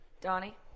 Donnie